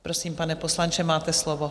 Prosím, pane poslanče, máte slovo.